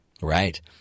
Right